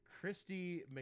Christy